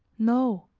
no,